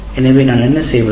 எனவே நான் என்ன செய்வது